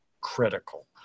critical